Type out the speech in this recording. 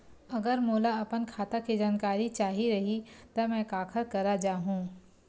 अगर मोला अपन खाता के जानकारी चाही रहि त मैं काखर करा जाहु?